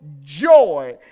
joy